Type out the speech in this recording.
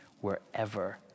wherever